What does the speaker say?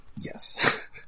Yes